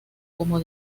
como